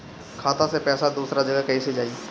खाता से पैसा दूसर जगह कईसे जाई?